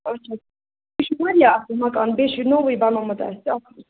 اَچھا یہِ چھُ واریاہ اَصٕل مَکان بیٚیہِ چھُ نوٚوُے بَنومُت اَسہِ